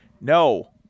no